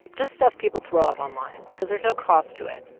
just stuff people throw up online cause there's no cost to it.